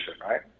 right